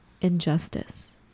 injustice